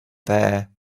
there